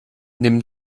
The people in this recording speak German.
nimm